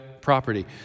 property